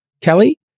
Kelly